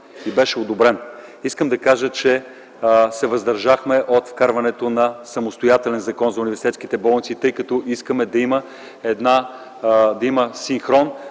и беше одобрен. Искам да кажа, че се въздържахме от вкарването на самостоятелен Закон за университетските болници, тъй като искаме да има синхрон